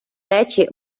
речі